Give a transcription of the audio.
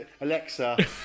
Alexa